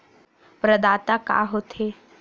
प्रदाता का हो थे?